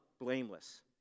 blameless